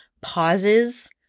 pauses